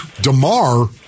DeMar